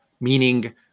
meaning